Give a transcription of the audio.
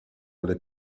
alle